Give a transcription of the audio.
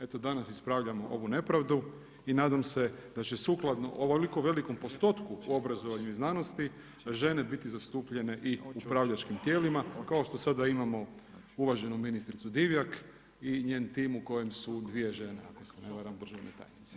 Eto, danas ispravljamo ovu nepravdu i nadam se da će sukladno ovako velikom postotku u obrazovanju i znanosti žene biti zastupljene i u upravljačkim tijelima kao što sada imamo uvaženu ministricu Divjak i njen tim u kojem su dvije žene ako se ne varam državne tajnice.